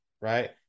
right